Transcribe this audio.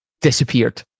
disappeared